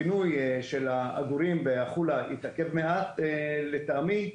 הפינוי של העגורים בעמק החולה התעכב מעט, לטעמי,